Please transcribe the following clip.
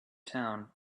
town